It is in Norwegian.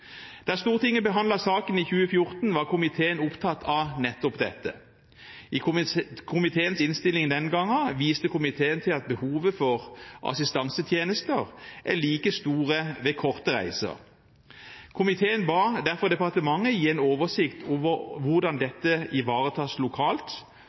Da Stortinget behandlet saken i 2014, var komiteen opptatt av nettopp dette. I komiteens innstilling den gangen viste komiteen til at behovet for assistansetjenester er like stort ved korte reiser. Komiteen ba derfor departementet gi en oversikt over hvordan